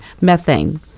methane